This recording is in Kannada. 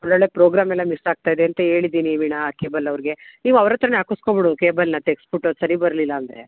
ಒಳ್ಳೊಳ್ಳೆಯ ಪ್ರೋಗ್ರಾಮ್ ಎಲ್ಲ ಮಿಸ್ ಆಗ್ತಾ ಇದೆ ಅಂತ ಹೇಳಿದೀನಿ ವೀಣಾ ಕೇಬಲ್ ಅವ್ರಿಗೆ ನೀವು ಅವ್ರ ಹತ್ರನೇ ಹಾಕಸ್ಕೋಬಿಡು ಕೇಬಲನ್ನ ತೆಗ್ಸ್ಬಿಟ್ಟು ಅದು ಸರಿ ಬರಲಿಲ್ಲ ಅಂದರೆ